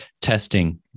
testing